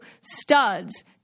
studs